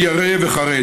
אני ירא וחרד,